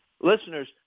listeners